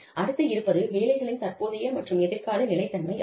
அடுத்து இருப்பது வேலைகளின் தற்போதைய மற்றும் எதிர்கால நிலைத்தன்மை ஆகும்